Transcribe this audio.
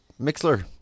mixler